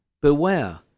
beware